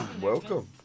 Welcome